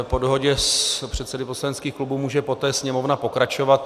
Po dohodě s předsedy poslaneckých klubů může poté Sněmovna pokračovat.